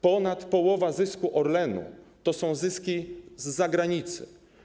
Ponad połowa zysku Orlenu to są zyski z zagranicy.